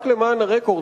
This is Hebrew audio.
רק למען הרקורד,